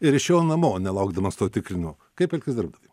ir išėjo namo nelaukdamas to tikrinimo kaip elgtis darbdaviui